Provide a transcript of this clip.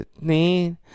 need